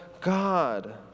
God